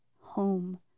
home